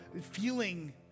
feeling